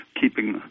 keeping